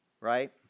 Right